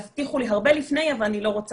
זה כבר אמור לעבוד כמו שצריך.